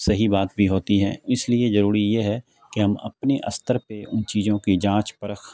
صحیح بات بھی ہوتی ہیں اس لیے ضروری یہ ہے کہ ہم اپنے استر پہ ان چیزوں کی جانچ پرخ